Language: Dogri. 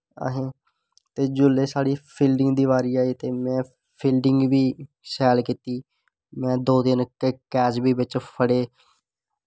ते जिसले साढ़ी फील्डिंग दा बारी आई ते में फील्डिंग बी शैल कीती में दो तिन्न कैच बी बिच्च फड़े